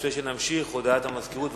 לפני שנמשיך, הודעת המזכירות.